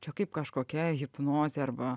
čia kaip kažkokia hipnozė arba